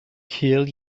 cul